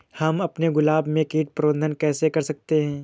हम अपने गुलाब में कीट प्रबंधन कैसे कर सकते है?